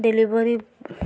delivery